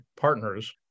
partners